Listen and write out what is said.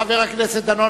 חבר הכנסת דנון,